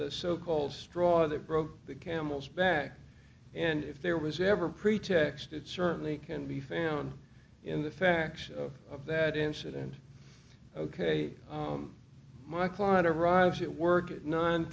the so called straw that broke the camel's back and if there was ever a pretext it certainly can be found in the facts of that incident ok my client arrives at work at nine